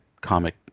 comic